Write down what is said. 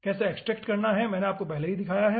कैसे एक्सट्रेक्ट करना है मैंने आपको पहले ही दिखाया है